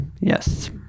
Yes